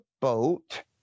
boat